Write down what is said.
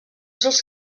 sols